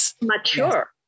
mature